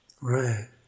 Right